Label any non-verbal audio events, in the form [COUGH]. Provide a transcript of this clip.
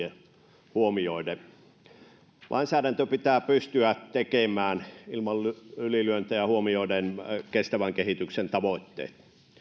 [UNINTELLIGIBLE] ja sosiaaliset lähtökohdat huomioiden lainsäädäntö pitää pystyä tekemään ilman ylilyöntejä huomioiden kestävän kehityksen tavoitteet